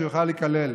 שהוא יוכל לקלל.